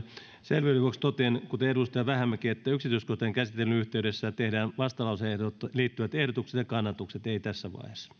selvyyden vuoksi totean kuten edustaja vähämäki että yksityiskohtaisen käsittelyn yhteydessä tehdään vastalauseeseen liittyvät ehdotukset ja kannatukset ei tässä